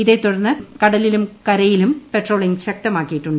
ഇതേത്തുടർന്ന് കടലിലും കരയിലും പട്രോളിംഗ് ശക്തമാക്കിയിട്ടുണ്ട്